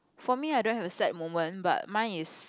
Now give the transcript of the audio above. for me I don't have a sad moment but mine is